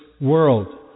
world